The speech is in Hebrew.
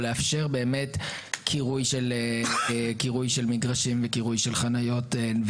לאפשר באמת קירוי של מגרשים וקירוי של חניות.